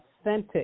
authentic